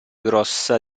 grossa